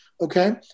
okay